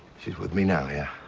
she's with me now, yeah.